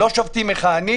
לא שופטים מכהנים,